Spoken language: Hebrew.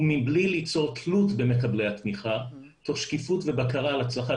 ומבלתי ליצור תלות במקבלי התמיכה תוך שקיפות ובקרה על הצלחת